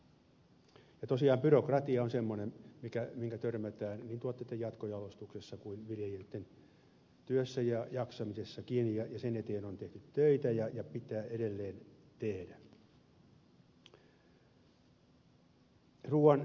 ja tosiaan byrokratia on semmoinen ongelma mihin törmätään niin tuotteiden jatkojalostuksessa kuin viljelijöiden työssä ja jaksamisessakin ja sen ratkaisemiseksi on tehty töitä ja pitää edelleen tehdä